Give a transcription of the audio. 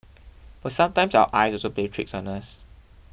but sometimes our eyes also plays tricks on us